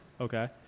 Okay